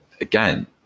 again